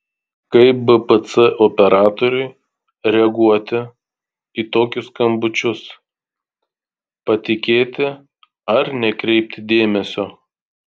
kaip bpc operatoriui reaguoti į tokius skambučius patikėti ar nekreipti dėmesio